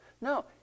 No